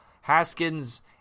Haskins